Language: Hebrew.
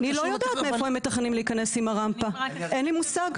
אני לא יודעת מאיפה הם מתכננים להיכנס עם הרמפה אין לי מושג.